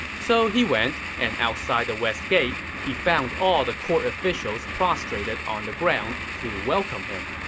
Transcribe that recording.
so he went, and outside the west gate, he found all the court officials prostrated on the ground to welcome him.